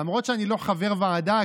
למרות שאני לא חבר ועדה,